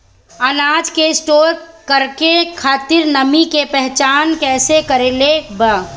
अनाज के स्टोर करके खातिर नमी के पहचान कैसे करेके बा?